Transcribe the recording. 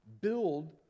build